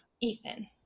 Ethan